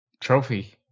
Trophy